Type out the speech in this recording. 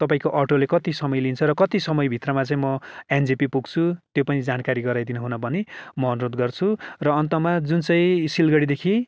तपाईँको अटोले कति समय लिन्छ र कति समयभित्रमा चाहिँ म एनजेपी पुग्छु त्यो पनि जानकारी गराइदिनु हुन भनी म अनुरोध गर्छु र अन्तमा जुन चाहिँ सिलगढीदेखि